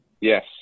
yes